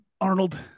Arnold